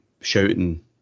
shouting